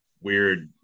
weird